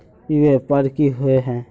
ई व्यापार की होय है?